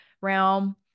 realm